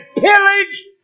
pillage